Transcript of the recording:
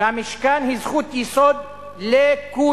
והמשכן היא זכות יסוד לכולם,